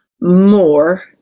more